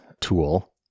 tool